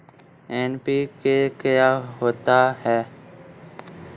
NPK क्या होता है?